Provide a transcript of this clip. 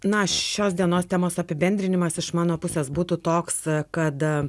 na šios dienos temos apibendrinimas iš mano pusės būtų toks kad